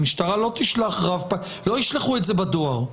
לא ישלחו את זה בדואר.